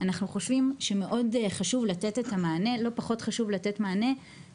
אנחנו חושבים שמאוד חשוב לתת את המענה ולא פחות חשוב גם למטופלים